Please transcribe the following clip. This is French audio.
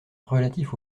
relatif